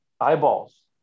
eyeballs